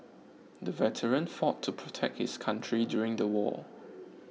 the veteran fought to protect his country during the war